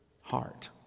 heart